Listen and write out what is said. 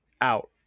out